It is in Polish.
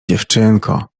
dziewczynko